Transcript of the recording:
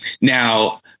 now